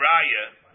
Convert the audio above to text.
Raya